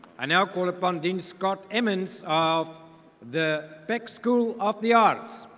i now call upon dean scott emmons of the peck school of the arts.